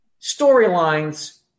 storylines